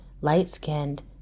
light-skinned